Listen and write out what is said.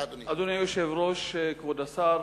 אדוני היושב-ראש, כבוד השר,